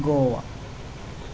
Goa